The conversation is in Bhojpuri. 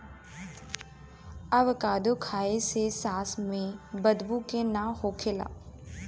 अवाकादो खाए से सांस में बदबू के ना होखेला